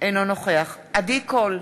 אינו נוכח עדי קול,